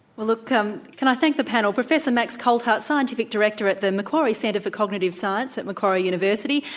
well, look, um can i thank the panel. professor max coltheart, scientific director at the macquarie centre for cognitive science at macquarie university.